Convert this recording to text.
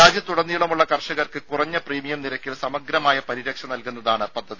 രാജ്യത്തുടനീളമുള്ള കർഷകർക്ക് കുറഞ്ഞ പ്രീമിയം നിരക്കിൽ സമഗ്രമായ പരിരക്ഷ നൽകുന്നതാണ് പദ്ധതി